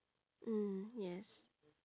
mm yes